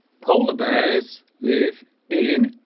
polar bears live in